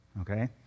okay